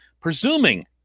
presuming